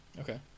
Okay